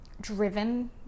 driven